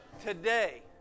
today